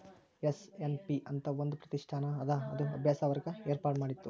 SNP ಅಂತ್ ಒಂದ್ ಪ್ರತಿಷ್ಠಾನ ಅದಲಾ ಅದು ಅಭ್ಯಾಸ ವರ್ಗ ಏರ್ಪಾಡ್ಮಾಡಿತ್ತು